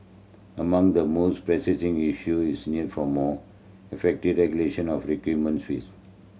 among the most issue is near for more effective regulation of recruitment treats